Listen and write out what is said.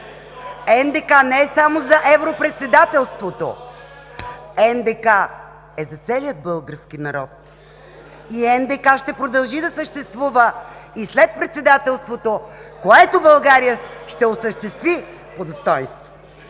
НДК не е само за европредседателството! НДК е за целия българския народ! НДК ще продължи да съществува и след председателството, което България ще осъществи по достойнство!